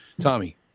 Tommy